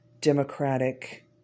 democratic